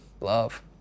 Love